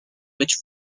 which